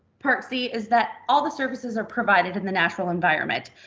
part c is that all the services are provided in the natural environment.